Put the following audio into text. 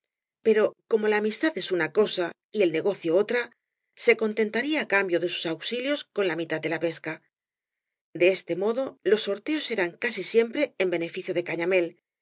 pero como la amistad es una cosa y el negocio otra se contentaría á cambio de sus auxilios con la mitad de la pesca de este modo los sorteos eran casi siempre en beneficio de